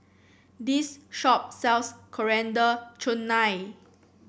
this shop sells Coriander Chutney